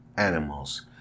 Animals